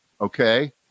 Okay